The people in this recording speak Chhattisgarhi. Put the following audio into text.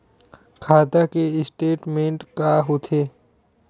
खाता के स्टेटमेंट का होथे?